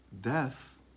death